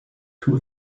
two